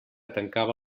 tancava